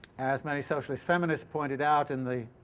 as many socialist feminists pointed out in the